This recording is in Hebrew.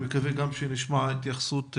אני מקווה שנשמע התייחסות,